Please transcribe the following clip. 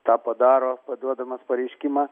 tą padaro paduodamas pareiškimą